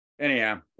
anyhow